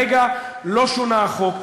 כרגע לא שונה החוק,